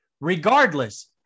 Regardless